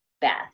best